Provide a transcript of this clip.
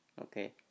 Okay